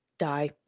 die